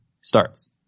starts